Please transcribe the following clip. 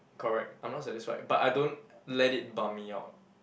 correct I'm not satisfied but I don't let it bump me out